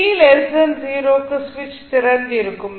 t 0 க்கு சுவிட்ச் திறந்திருக்கும்